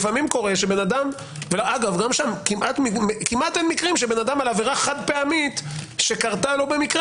גם שם כמעט אין מקרים שאדם על עבירה חד פעמית שקרתה לו במקרה,